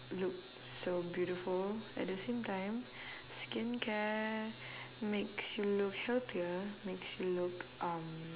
look so beautiful at the same time skincare makes you look healthier makes you look um